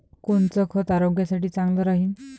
कोनचं खत आरोग्यासाठी चांगलं राहीन?